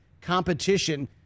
competition